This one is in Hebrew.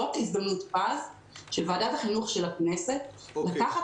זאת הזדמנות פז של ועדת החינוך של הכנסת לקחת